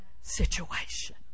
situation